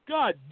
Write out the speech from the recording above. God